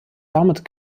damit